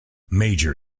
major